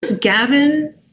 Gavin